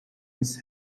its